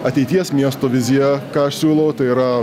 ateities miesto vizija ką aš siūlau tai yra